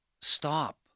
stop